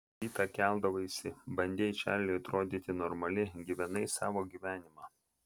rytą keldavaisi bandei čarliui atrodyti normali gyvenai savo gyvenimą